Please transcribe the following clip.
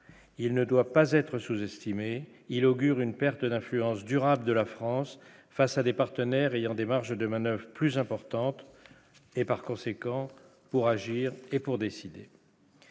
il ne doit pas être sous-estimé, il augure une perte d'influence durable de la France face à des partenaires ayant des marges de manoeuvre plus importante et par conséquent pour agir et pour décider.